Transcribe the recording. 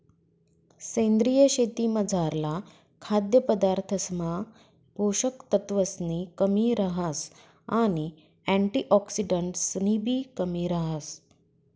सेंद्रीय शेतीमझारला खाद्यपदार्थसमा पोषक तत्वसनी कमी रहास आणि अँटिऑक्सिडंट्सनीबी कमी रहास